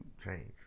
change